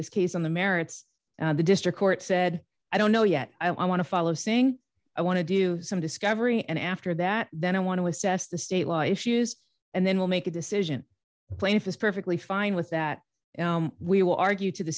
this case on the merits the district court said i don't know yet i want to follow saying i want to do some discovery and after that then i want to assess the state law issues and then we'll make a decision plaintiff is perfectly fine with that we will argue to the